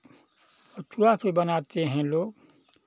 अथुआ से बनाते हैं लोग